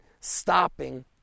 stopping